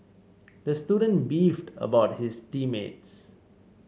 the student beefed about his team mates